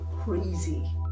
Crazy